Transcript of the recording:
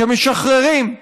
כמשחררים.